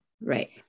Right